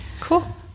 cool